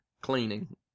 cleaning